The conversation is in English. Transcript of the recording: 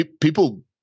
People